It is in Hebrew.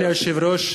אדוני היושב-ראש,